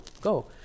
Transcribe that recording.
go